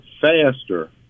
faster